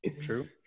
true